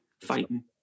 fighting